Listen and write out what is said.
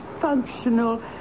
functional